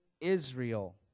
Israel